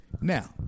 Now